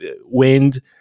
wind